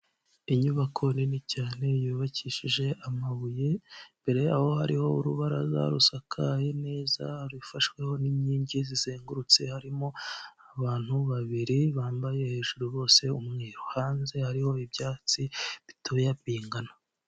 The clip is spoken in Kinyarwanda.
Inyubako nini cyane yubakishije amabuye, imbere yaho hariho urubaraza rusakaye neza rufashweho n'inkingi zizengurutse, harimo abantu babiri bambaye hejuru bose umweru, hanze hariho ibyatsi bitoya bingana.